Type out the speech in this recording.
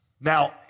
Now